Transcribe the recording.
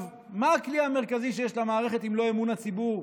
מה הכלי המרכזי שיש למערכת אם לא אמון הציבור?